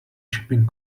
shipping